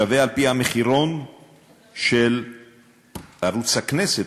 שווה על-פי המחירון של ערוץ הכנסת,